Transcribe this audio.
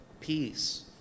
peace